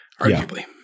Arguably